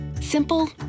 Simple